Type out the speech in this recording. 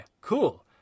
cool